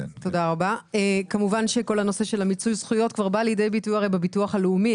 כמובן שכל הנושא של מיצוי הזכויות כבר בא לידי ביטוי הרי בביטוח הלאומי,